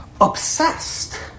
obsessed